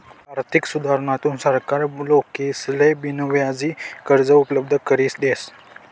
आर्थिक सुधारणाथून सरकार लोकेसले बिनव्याजी कर्ज उपलब्ध करी देस